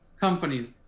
companies